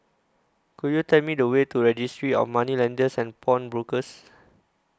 Could YOU Tell Me The Way to Registry of Moneylenders and Pawnbrokers